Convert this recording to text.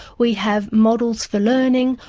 we have models for learning,